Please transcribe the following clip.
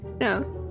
no